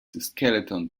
skeleton